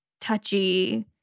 touchy